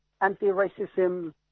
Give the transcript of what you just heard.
anti-racism